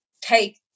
take